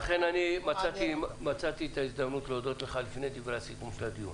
לכן אני מצאתי את ההזדמנות להודות לך לפני דברי הסיכום של הדיון.